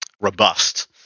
robust